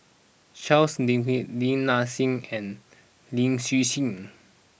Charles Lin Hen Lin Nanxing and Lin Hsin Hsin